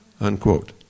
unquote